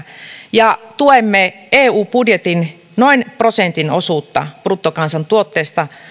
ja tuemme eu budjetin noin prosentin osuutta bruttokansantuotteesta